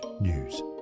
news